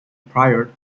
prior